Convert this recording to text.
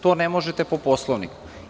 To ne možete po Poslovniku.